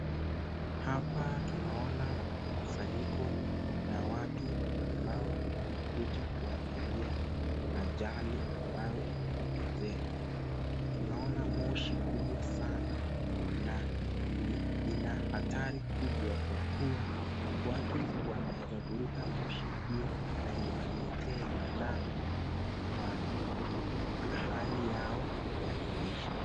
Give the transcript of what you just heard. Hapa tunaona mkusanyiko wa watu ambao wamekuja kuangalia ajali ambayo imetokezea. Tunaona moshi kubwa sanaa na ina hatari kubwa kwa kua watu wanaeza vuruta moshi hio na iwaletee balaa kwa hali yao ya kimaisha.